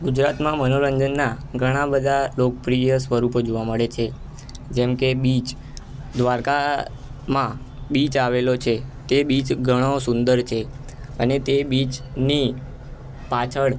ગુજરાતમાં મનોરંજનનાં ઘણાબધા લોકપ્રિય સ્વરૂપો જોવા મળે છે જેમ કે બીચ દ્વારકામાં બીચ આવેલો છે તે બીચ ઘણો સુંદર છે અને તે બીચની પાછળ